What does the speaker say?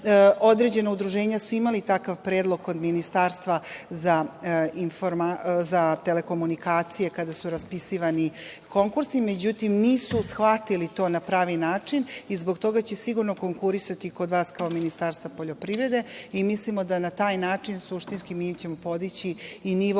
Određena udruženja su imali takav predlog kod Ministarstva za telekomunikacije kada su raspisivani konkursi, međutim, nisu shvatili to na pravi način i zbog toga će sigurno konkurisati kod vas, kao Ministarstvo poljoprivrede i mislimo da na taj način, suštinski, mi ćemo podići i nivo